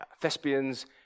thespians